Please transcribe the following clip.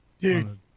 Dude